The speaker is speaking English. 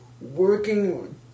working